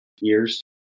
years